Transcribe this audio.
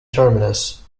terminus